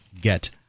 get